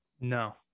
No